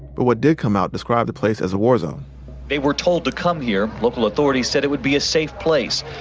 but what did come out described the place as a war zone they were told to come here. local authorities said it would be a safe place,